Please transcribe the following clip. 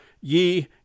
ye